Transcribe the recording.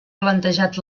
plantejat